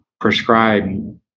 prescribe